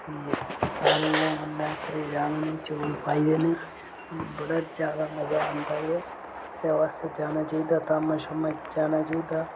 चौल पाई जाने बड़ा ज्यादा मजा आंदा ऐ ओह्दे वास्तै जाना चाहिदा धामां शामां जाना चाहिदा